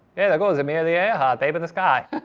hey, there goes amelia earhart, babe of the sky.